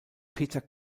peter